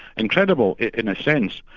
incredible in a sense,